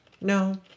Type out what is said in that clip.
No